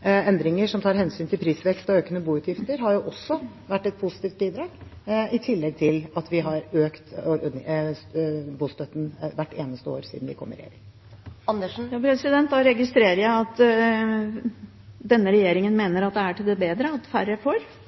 endringer som tar hensyn til prisvekst og økende boutgifter, har vært et positivt bidrag, i tillegg til at vi har økt bostøtten hvert eneste år siden vi kom i regjering. Jeg registrerer at denne regjeringen mener at det er til det bedre at færre får,